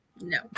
no